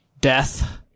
death